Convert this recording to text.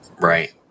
Right